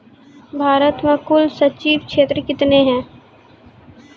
भारत मे कुल संचित क्षेत्र कितने हैं?